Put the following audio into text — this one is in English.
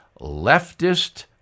leftist